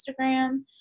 Instagram